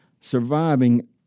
surviving